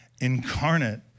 incarnate